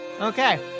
Okay